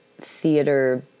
theater